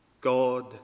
God